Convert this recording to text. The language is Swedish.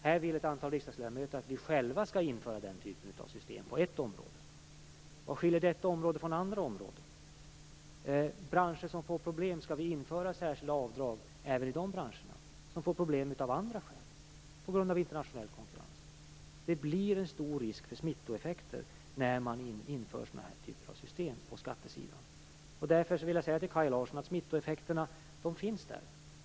Här vill ett antal riksdagsledamöter att vi själva skall införa den typen av system på ett område. Vad skiljer detta område från andra områden? Skall vi införa särskilda avdrag även i andra branscher som får problem av andra skäl, t.ex. på grund av internationell konkurrens? Det blir en stor risk för smittoeffekter när man inför sådana här typer av system på skattesidan. Därför vill jag säga till Kaj Larsson: Smittoeffekterna finns där.